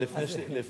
אבל לפני שתטעה,